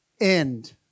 end